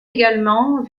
également